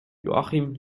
joachim